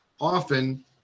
often